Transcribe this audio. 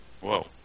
Whoa